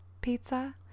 pizza